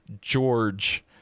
George